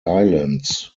islands